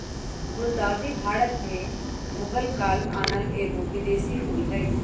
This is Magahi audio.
गुलदाऊदी भारत में मुगल काल आनल एगो विदेशी फूल हइ